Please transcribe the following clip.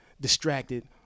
distracted